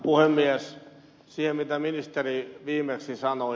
siitä mitä ministeri viimeksi sanoi